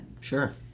Sure